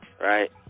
right